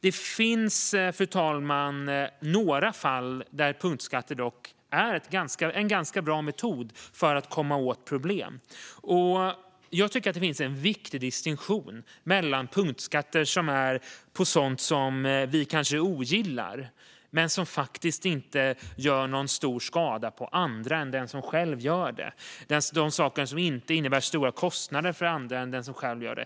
Det finns dock några fall där punktskatter är en ganska bra metod för att komma åt problem. Här tycker jag att det finns en viktig distinktion att göra. Det finns punktskatter på sådant som vi kanske ogillar men som faktiskt inte gör någon stor skada på andra än den som själv gör det och inte innebär stora kostnader för andra än den som själv gör det.